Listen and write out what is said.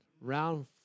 round